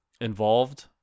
involved